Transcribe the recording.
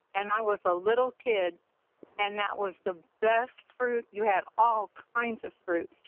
and i was a little kid and that was the best fruit you have all kinds of fruit.